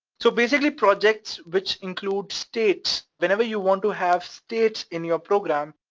so basically, projects which include states. whenever you want to have states in your program,